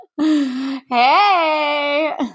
Hey